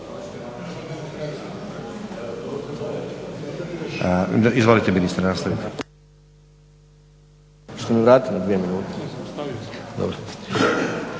Izvolite ministre, nastavite.